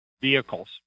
vehicles